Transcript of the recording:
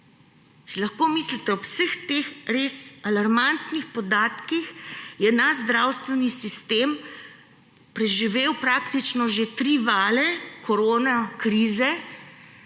Si lahko mislite, ob vseh teh res alarmantnih podatkih je naš zdravstveni sistem preživel praktično že tri vale koronakrize,